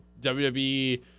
WWE